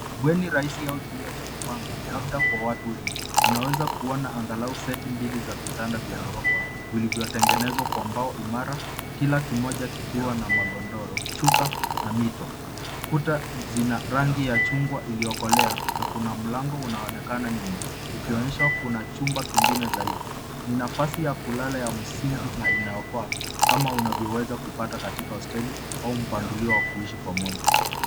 Bweni rahisi au chumba cha kupanga, labda kwa watu weng. Unaweza kuona angalau seti mbili za vitanda vya ghorofa vilivyotengenezwa kwa mbao imara, kila kimoja kikiwa na magogoro, shuka na mito. Kuta zina rangi ya chungwa iliyokolea na kuna mlango unaonekana nyuma, ukionesha kuna chumba kingine zaidi. Ni nafasi ya kulala ya msingi na inayofaa, kama unayoweza kupata katika hosteli au mpanilio wa kuishi pamoja.